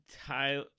Ty